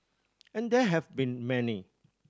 and there have been many